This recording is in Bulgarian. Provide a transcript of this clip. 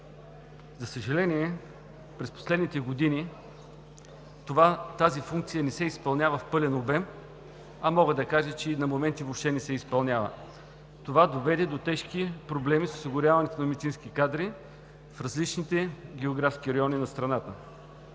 За съжаление, през последните години тази функция не се изпълнява в пълен обем, а мога да кажа, че на моменти и въобще не се изпълнява. Това доведе до тежки проблеми с осигуряването на медицински кадри в различните географски райони на страната.